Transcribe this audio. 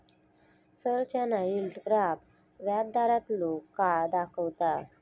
संरचना yield graph व्याजदारांतलो काळ दाखवता